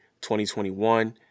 2021